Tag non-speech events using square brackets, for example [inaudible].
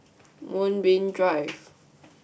Moonbeam [noise] Drive